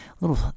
little